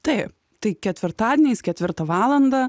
tai tai ketvirtadieniais ketvirtą valandą